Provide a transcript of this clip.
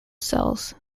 cells